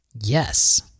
Yes